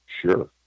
Sure